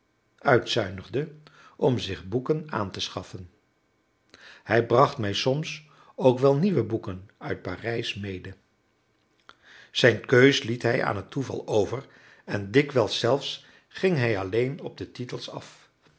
uitzuinigde om zich boeken aan te schaffen hij bracht mij soms ook wel nieuwe boeken uit parijs mede zijn keus liet hij aan het toeval over en dikwijls zelfs ging hij alleen op de titels af